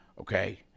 Okay